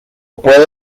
puede